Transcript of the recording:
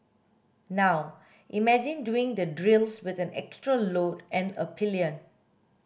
now imagine doing the drills with an extra load and a pillion